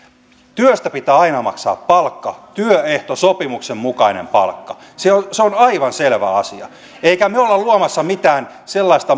työstä pitää aina maksaa palkka työehtosopimuksen mukainen palkka se se on aivan selvä asia emmekä me ole luomassa mitään sellaista